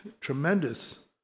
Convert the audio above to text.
tremendous